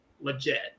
legit